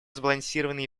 сбалансированный